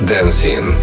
Dancing